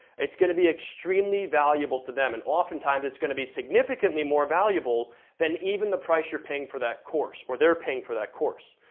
it's gonna be extremely valuable to them, and oftentimes it's gonna be significantly more valuable than even the price you're paying for that course, or they're paying for that course.